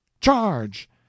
Charge